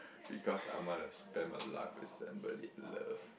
because I wanna spend my life with somebody I love